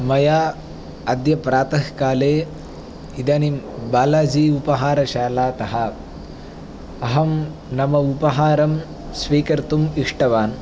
मया अद्य प्रातःकाले इदानीं बालाजी उपहारशालातः अहं मम उपहारं स्वीकर्तुम् इष्टवान्